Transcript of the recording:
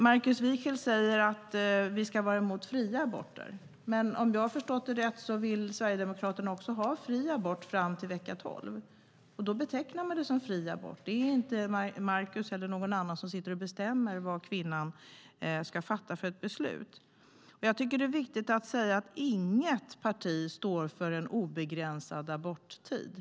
Markus Wiechel säger att vi ska vara emot fria aborter. Men om jag har förstått det rätt vill Sverigedemokraterna ha fri abort fram till vecka 12. Då betecknar man det som fri abort. Det är inte Markus eller någon annan som bestämmer, utan det är kvinnan som själv fattar beslut. Det är viktigt att säga att inget parti står för en obegränsad aborttid.